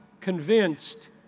convinced